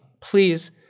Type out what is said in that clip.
Please